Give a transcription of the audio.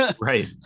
Right